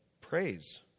praise